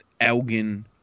Elgin